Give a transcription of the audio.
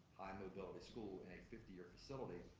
high mobility school, and a fifty year facility,